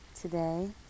today